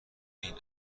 این